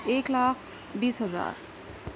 ایک لاکھ بیس ہزار